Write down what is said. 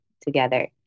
together